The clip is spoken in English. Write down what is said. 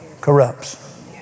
corrupts